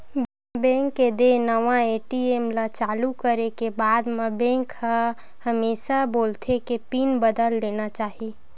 bank के देय नवा ए.टी.एम ल चालू करे के बाद म बेंक ह हमेसा बोलथे के पिन बदल लेना चाही